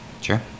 Sure